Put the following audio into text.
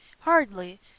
hardly